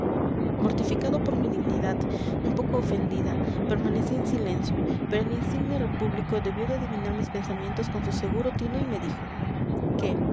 mortificado por mi dignidad un poco ofendida permanecí en silencio pero el insigne repúblico debió de adivinar mis pensamientos con su seguro tino y me dijo qué